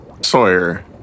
Sawyer